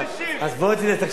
אז בוא תקשיב לי.